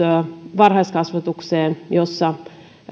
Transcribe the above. varhaiskasvatukseen jossa